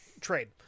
trade